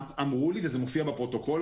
אמרו לי וזה מופיע בפרוטוקול,